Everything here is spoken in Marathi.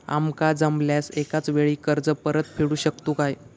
आमका जमल्यास एकाच वेळी कर्ज परत फेडू शकतू काय?